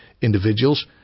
Individuals